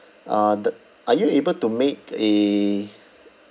uh the are you able to make a